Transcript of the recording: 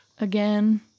again